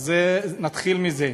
אז נתחיל מזה.